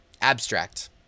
Abstract